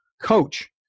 coach